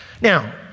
Now